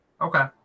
Okay